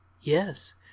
Yes